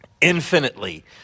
infinitely